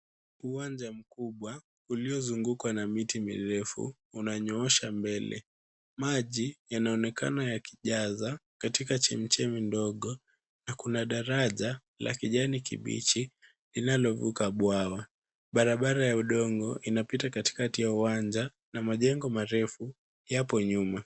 Uwanja mkubwa uliozungukwa na miti mirefu unanyoosha mbele. Maji yanaonekana yakijaza katika chemichemi ndogo na kuna daraja la kijani kibichi linalovuka bwawa. Barabara ya udongo inapita katikati ya uwanja na majengo marefu yapo nyuma.